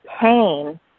pain